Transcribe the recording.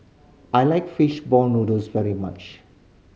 I like fish ball noodles very much